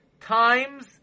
times